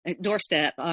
doorstep